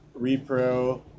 repro